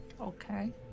Okay